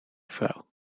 vrouw